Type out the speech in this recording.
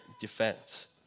defense